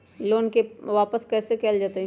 Loan के वापस कैसे कैल जतय?